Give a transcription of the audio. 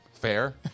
Fair